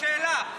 שאלה,